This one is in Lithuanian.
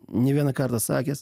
ne vieną kartą sakęs